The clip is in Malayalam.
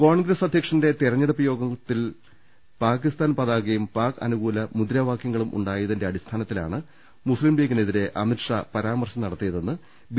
കോൺഗ്രസ് അധ്യക്ഷന്റെ തെരഞ്ഞെടുപ്പ് യോഗങ്ങളിൽ പാക്കിസ്ഥാൻ പതാകയും പാക് അനുകൂല മുദ്രാവാക്യങ്ങളും ഉണ്ടായതിന്റെ അടിസ്ഥാനത്തിലാണ് മുസ്ലിംലീഗനെതിരെ അമിത് ഷാ പമാർശം നടത്തിയതെന്ന് ബി